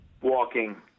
walking